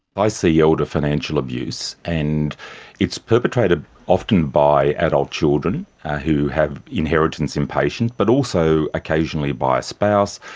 i see elder financial abuse, and it's perpetrated often by adult children who have inheritance impatience, but also occasionally by a spouse,